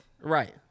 right